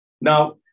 Now